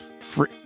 free